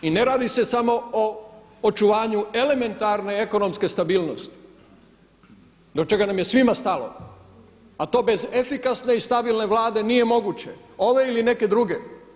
I ne radi se samo o očuvanju elementarne ekonomske stabilnosti do čega nam je svima stalo, a to bez efikasne i stabilne Vlade nije moguće, ove ili neke druge.